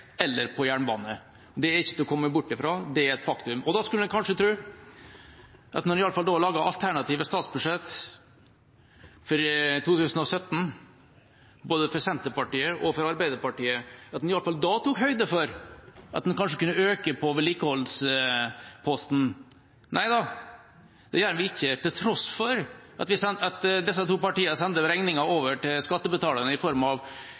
eller på jernbane. Det er ikke til å komme bort ifra, det er et faktum. Da skulle en kanskje tro når en lager alternative statsbudsjett for 2017, både for Senterpartiet og for Arbeiderpartiet, at en i alle fall tok høyde for at en kanskje kunne øke vedlikeholdsposten. Nei da, det gjør en ikke. Til tross for at disse to partiene sendte regningen over til skattebetalerne i form av